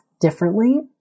differently